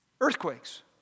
earthquakes